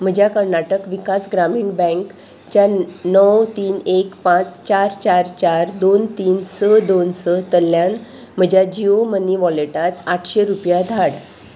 म्हज्या कर्नाटक विकास ग्रामीण बँकच्या णव तीन एक पांच चार चार चार दोन तीन स दोन स तल्यान म्हज्या जियो मनी वॉलेटांत आठशे रुपया धाड